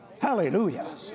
Hallelujah